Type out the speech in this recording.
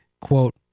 quote